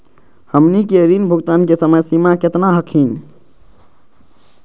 हमनी के ऋण भुगतान के समय सीमा केतना हखिन?